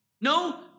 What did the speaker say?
No